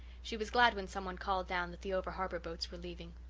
she was glad when someone called down that the over-harbour boats were leaving.